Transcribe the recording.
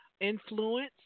influence